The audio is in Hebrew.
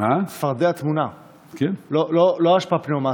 צפרדע טמונה, לא אשפה פניאומטית.